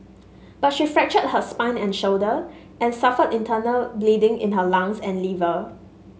but she fractured her spine and shoulder and suffered internal bleeding in her lungs and liver